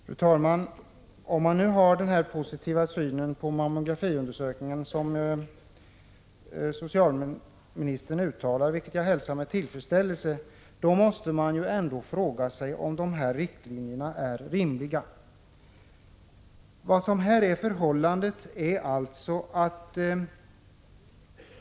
Fru talman! Socialministern uttalar sig här för en utbyggnad av mammografiverksamheten, vilket jag hälsar med tillfredsställelse. Men om hon har en sådan positiv syn på mammografiundersökningen, måste man ändå fråga sig om riktlinjerna är rimliga.